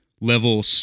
level